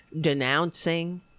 denouncing